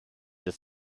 des